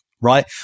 right